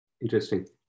Interesting